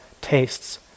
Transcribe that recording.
tastes